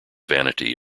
vanity